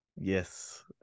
Yes